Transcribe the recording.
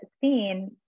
seen